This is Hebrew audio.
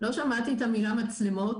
לא שמעתי את המילה מצלמות.